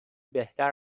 بهتر